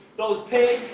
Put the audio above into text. those pigs,